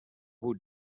who